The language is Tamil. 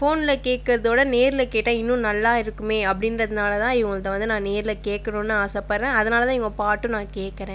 ஃபோனில் கேட்கறதோட நேரில் கேட்டால் இன்னும் நல்லா இருக்குமே அப்படின்றதுனால தான் இவங்கள்து வந்து நான் நேரில் கேட்கணுனு ஆசைப்படறேன் அதனால் தான் இவங்க பாட்டும் நான் கேட்கறேன்